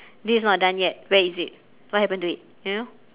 this is not done yet where is it what happened to it you know